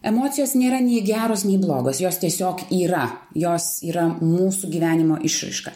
emocijos nėra nei geros nei blogos jos tiesiog yra jos yra mūsų gyvenimo išraiška